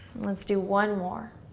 let's do one more.